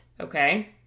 Okay